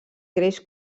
creix